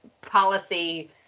policy